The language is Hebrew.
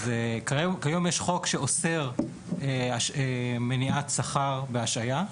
כיום יש חוק שאוסר מניעת שכר בהשעיה.